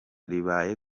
ribaye